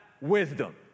wisdom